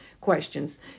questions